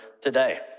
today